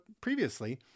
previously